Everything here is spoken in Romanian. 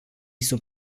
sunt